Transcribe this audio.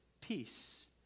peace